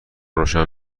روشن